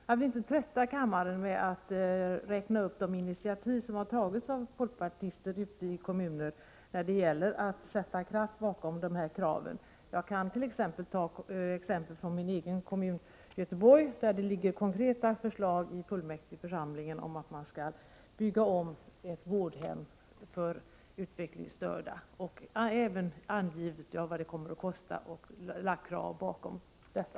Jag vill inte trötta kammarens ledamöter med att räkna upp de initiativ som har tagits av folkpartister ute i kommunerna när det gäller att sätta kraft bakom kraven. Jag kunde ta exemplet i min egen kommun, Göteborg, där det finns konkreta förslag i fullmäktigeförsamlingen om att bygga om ett vårdhem för utvecklingsstörda. Därvid har det också angivits vad det hela kommer att kosta, och krav har ställts.